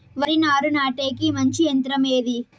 వరి నారు నాటేకి మంచి యంత్రం ఏది?